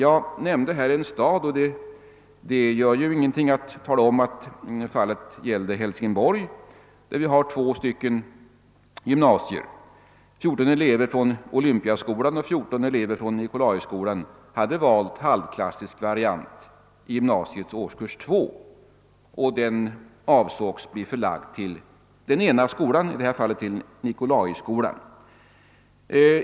Jag nämnde nyss en stad. Det gör ingenting att jag talar om att det gällde Hälsingborg, där vi har två gymnasier. Där hade 14 elever från Olympiaskolan och 14 elever från Nicolaiskolan valt halvklassisk variant i gymnasiets årskurs 2. Denna avsågs bli förlagd till den ena skolan, till Nicolaiskolan.